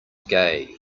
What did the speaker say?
gay